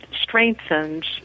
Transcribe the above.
strengthens